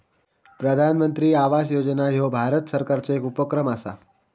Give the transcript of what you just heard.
प्रधानमंत्री आवास योजना ह्यो भारत सरकारचो येक उपक्रम असा